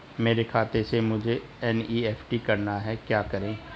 मेरे खाते से मुझे एन.ई.एफ.टी करना है क्या करें?